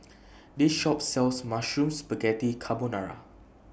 This Shop sells Mushroom Spaghetti Carbonara